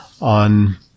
on